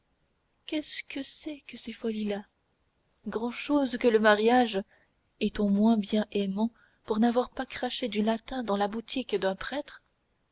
qu'est-ce que c'est que ces folies là grand-chose que le mariage est-on moins bien aimant pour n'avoir pas craché du latin dans la boutique d'un prêtre